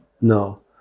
no